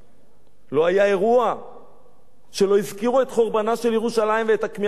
לא היה אירוע שלא הזכירו בו את חורבנה של ירושלים ואת הכמיהה לבניינה.